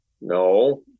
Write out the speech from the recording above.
No